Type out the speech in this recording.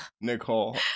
Nicole